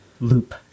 loop